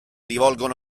rivolgono